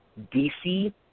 DC